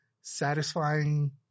satisfying